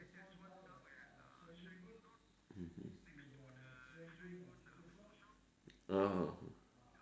mmhmm (uh huh)